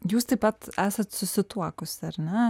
jūs taip pat esat susituokus ar ne